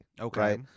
Okay